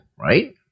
right